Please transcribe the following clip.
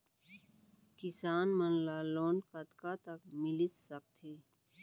किसान मन ला लोन कतका तक मिलिस सकथे?